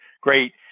great